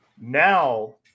Now